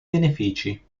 benefici